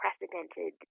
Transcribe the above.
unprecedented